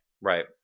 Right